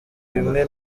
bimwe